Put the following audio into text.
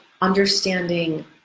understanding